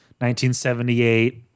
1978